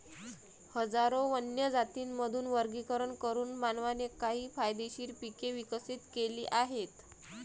हजारो वन्य जातींमधून वर्गीकरण करून मानवाने काही फायदेशीर पिके विकसित केली आहेत